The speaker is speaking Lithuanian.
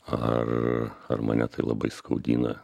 ar ar mane tai labai skaudina